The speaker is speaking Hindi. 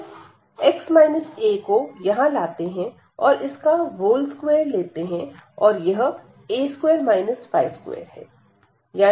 हम इस को यहां लाते हैं और इसका व्होल स्क्वेयर लेते हैं और यह है